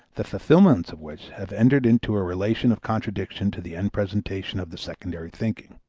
the fulfillments of which have entered into a relation of contradiction to the end-presentation of the secondary thinking.